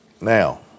Now